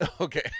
Okay